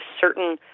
certain